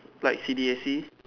like C_D_A_C